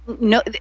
no